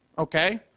okay.